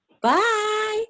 Bye